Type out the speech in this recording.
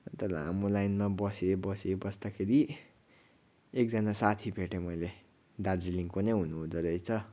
अन्त लामो लाइनमा बसेँ बसेँ बस्दाखेरि एकजना साथी भेटेँ मैले दार्जिलिङको नै हुनुहुँदोरहेछ